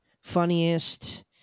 funniest